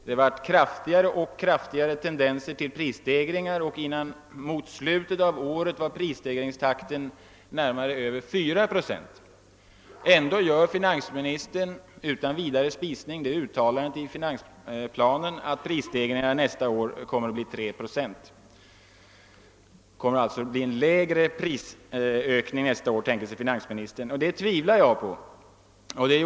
Det blev kraftigare och kraftigare tendenser till prisstegringar, och mot slutet av året var prisstegringen över 4 procent. Ändå gör finansministern utan vidare det uttalandet i finansplanen att prisstegringen nästa år kommer att bli 3 procent. Finansministern tänker sig alltså en lägre prisstegring under nästa år, men jag tvivlar på detta.